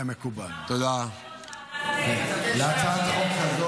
תודה רבה לך אדוני השר, ועדת, חקיקה.